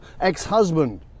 ex-husband